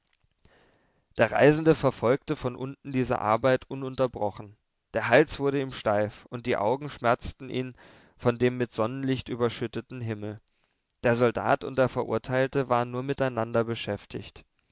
der reisende verfolgte von unten diese arbeit ununterbrochen der hals wurde ihm steif und die augen schmerzten ihn von dem mit sonnenlicht überschütteten himmel der soldat und der verurteilte waren nur miteinander beschäftigt